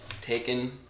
Taken